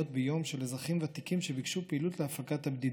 ביום של אזרחים ותיקים שביקשו פעילות להפגת הבדידות.